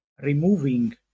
removing